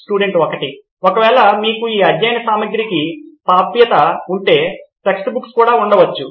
student 1 ఒకవేళ మీకు ఈ అధ్యయన సామగ్రికి ప్రాప్యత ఉంటే టెక్స్ట్ బుక్స్ కూడా ఉండవచ్చు